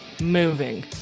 moving